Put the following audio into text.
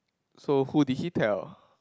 so who did he tell